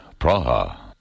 Praha